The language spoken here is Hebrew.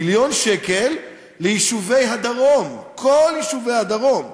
מיליון שקל ליישובי הדרום, כל יישובי הדרום.